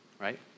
right